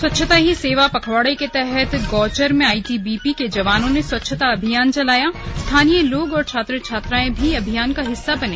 स्वच्छता ही सेवा पखवाडे के तहत गौचर में आईटीबीपी के जवानों ने स्वच्छता अभियान चलायास्थानीय लोग और छात्र छात्राएं भी अभियान का हिस्सा बने